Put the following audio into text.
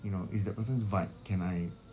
you know it's that person's vibe can I